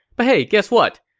but hey, guess what?